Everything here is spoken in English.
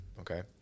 okay